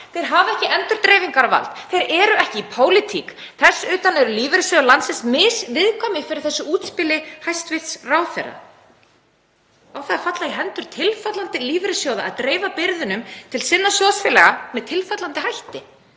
Þeir hafa ekki endurdreifingarvald, þeir eru ekki í pólitík. Þess utan eru lífeyrissjóðir landsins misviðkvæmir fyrir þessu útspili hæstv. ráðherra. Á það að falla í hendur tilfallandi lífeyrissjóða að dreifa byrðunum til sinna sjóðfélaga með tilfallandi hætti?